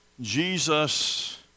Jesus